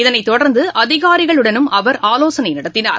இதனைத் தொடர்ந்துஅதிகாரிகளுடனும் அவர் ஆலோசனைநடத்தினார்